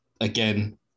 again